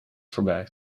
voorbij